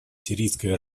сирийской